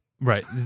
Right